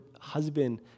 husband